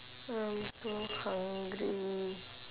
I'm so hungry